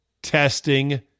testing